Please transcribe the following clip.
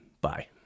Bye